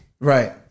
Right